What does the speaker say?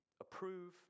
approve